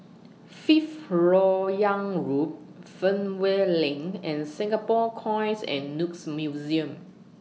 Fifth Lok Yang Road Fernvale LINK and Singapore Coins and Notes Museum